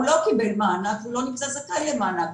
הוא לא קיבל מענק ולא נמצא זכאי למענק,